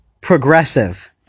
progressive